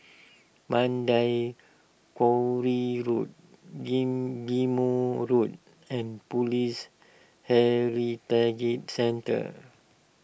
Mandai Quarry Road Ghim Ghim Moh Road and Police Heritage Centre